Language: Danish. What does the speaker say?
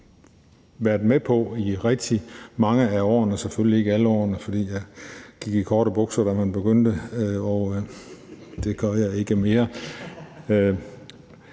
været med på i rigtig mange af årene – selvfølgelig ikke alle årene, for jeg gik i korte bukser, da man begyndte, og det gør jeg ikke mere.